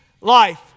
life